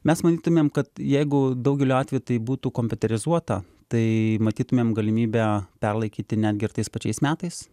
mes manytumėm kad jeigu daugeliu atveju tai būtų kompiuterizuota tai matytumėm galimybę perlaikyti netgi ir tais pačiais metais